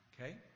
Okay